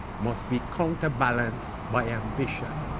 must be counter balanced by ambition.